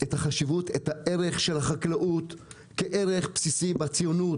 את החשיבות של החקלאות כערך בסיסי בציונות.